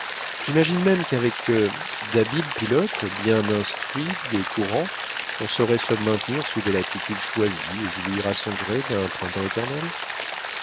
j'imagine même qu'avec d'habiles pilotes bien instruits des courants on saurait se maintenir sous des latitudes choisies et jouir à son gré d'un printemps éternel